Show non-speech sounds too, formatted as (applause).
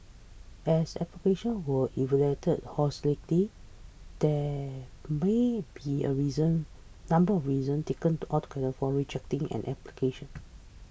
as applications were evaluated holistically there may be a reason number of reasons taken together for rejecting an application (noise)